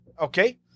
Okay